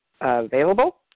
available